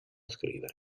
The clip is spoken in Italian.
scrivere